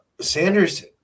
Sanders